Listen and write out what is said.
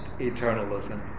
eternalism